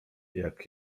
jak